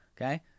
okay